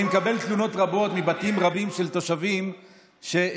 אני מקבל תלונות רבות מבתים רבים של תושבים שבהם